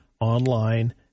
online